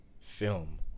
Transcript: film